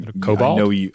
Cobalt